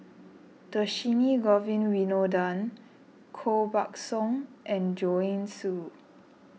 Dhershini Govin Winodan Koh Buck Song and Joanne Soo